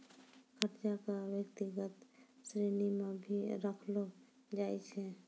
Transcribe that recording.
कर्जा क व्यक्तिगत श्रेणी म भी रखलो जाय छै